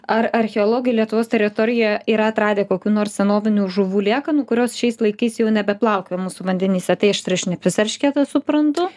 ar archeologai lietuvos teritorijoje yra atradę kokių nors senovinių žuvų liekanų kurios šiais laikais jau nebeplaukioja mūsų vandenyse tai aštriašnipis eršketas suprantu